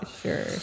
sure